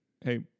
hey